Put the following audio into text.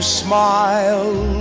smile